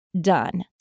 done